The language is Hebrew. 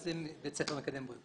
זה בית ספר מקדם?